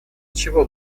чего